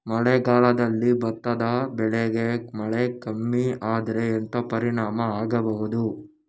ಮಳೆಗಾಲದಲ್ಲಿ ಭತ್ತದ ಬೆಳೆಗೆ ಮಳೆ ಕಮ್ಮಿ ಆದ್ರೆ ಎಂತ ಪರಿಣಾಮ ಆಗಬಹುದು?